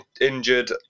injured